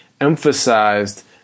emphasized